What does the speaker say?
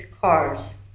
cars